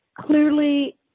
Clearly